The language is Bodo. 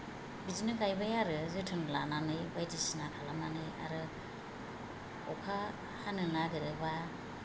बिदिनो गायबाय आरो जोथोन लानानै बायदिसिना खालामनानै आरो अखा हानो नागिरोबा